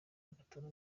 bagatora